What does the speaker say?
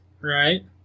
Right